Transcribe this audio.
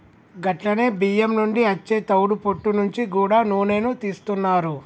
గట్లనే బియ్యం నుండి అచ్చే తవుడు పొట్టు నుంచి గూడా నూనెను తీస్తున్నారు